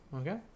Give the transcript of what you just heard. Okay